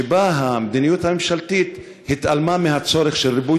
שבה המדיניות הממשלתית התעלמה מהצורך של ריבוי